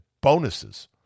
bonuses